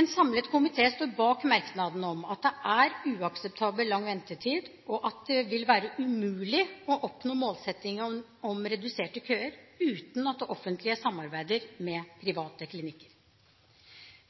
En samlet komité står bak merknaden om at det er uakseptabelt lang ventetid, og at det vil være umulig å oppnå målsettingen om reduserte køer uten at det offentlige samarbeider med private klinikker.